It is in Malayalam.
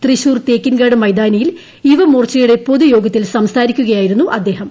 തൃശ്ശൂർ തേക്കിൻകാട് മൈതാനിയിൽ യുവമോർച്ചയുടെ പൊതുയോഗത്തിൽ സംസാരിക്കുകയായിരുന്നു അദ്ദേഹം